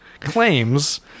claims